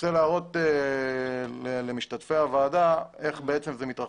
רוצה להראות למשתתפי הוועדה איך זה מתרחש.